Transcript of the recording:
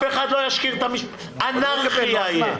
אנרכיה תהיה.